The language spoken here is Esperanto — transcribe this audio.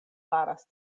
faras